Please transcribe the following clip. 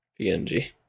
PNG